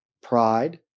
pride